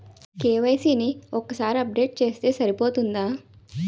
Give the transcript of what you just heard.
KYC ని ఒక్కసారి update చేస్తే సరిపోతుందా?